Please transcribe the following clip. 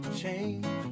change